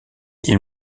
ils